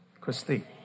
Christine